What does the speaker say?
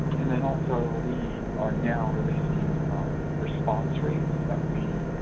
and then also we are now releasing response rates that we